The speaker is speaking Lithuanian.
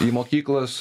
į mokyklas